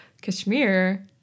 Kashmir